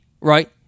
right